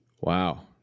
Wow